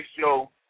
show